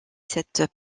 cette